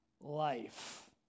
life